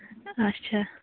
اَچھا